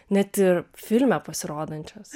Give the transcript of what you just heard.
net ir filme pasirodančias